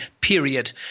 period